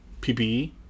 PPE